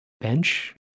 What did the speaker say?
bench